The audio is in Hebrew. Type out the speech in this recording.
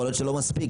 יכול להיות שלא מספיק,